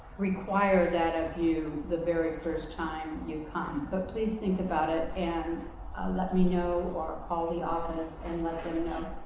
require that of you the very first time you come. but please think about it and let me know or call the office and let them know.